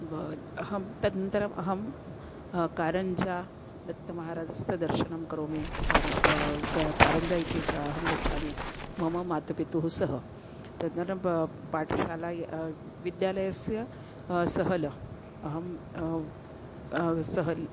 बहु अहं तदनन्तरम् अहं कारञ्जा दत्तमहाराजस्य दर्शनं करोमि कारञ्जा इति तु अहं गच्छामि मम माता पितुः सह तदनन्तरं पाठशालायाः विद्यालयस्य सहल् अहं सहल्